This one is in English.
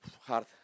hard